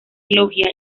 logia